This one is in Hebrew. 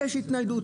יש התניידות.